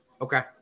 Okay